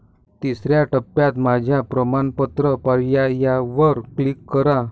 तिसर्या टप्प्यात माझ्या प्रमाणपत्र पर्यायावर क्लिक करा